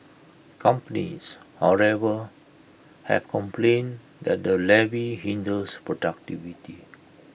companies however have complained that the levy hinders productivity